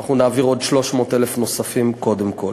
אנחנו נעביר 300,000 נוספים, קודם כול.